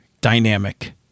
dynamic